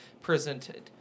presented